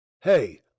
hey